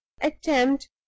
attempt